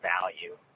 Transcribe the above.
value